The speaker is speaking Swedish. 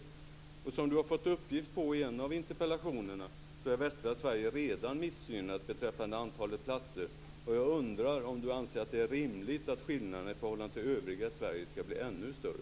Som utbildningsministern har fått uppgift om i en av interpellationerna är västra Sverige redan missgynnat beträffande antalet platser. Jag undrar om utbildningsministern anser att det är rimligt att skillnaden i förhållande till övriga Sverige skall bli ännu större?